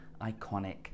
iconic